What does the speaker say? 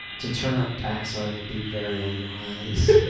to turn our backs on it would be very unwise.